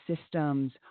systems